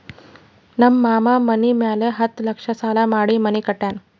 ನಮ್ ಮಾಮಾ ಮನಿ ಮ್ಯಾಲ ಹತ್ತ್ ಲಕ್ಷ ಸಾಲಾ ಮಾಡಿ ಮನಿ ಕಟ್ಯಾನ್